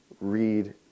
read